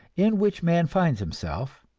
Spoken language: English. in which man finds himself,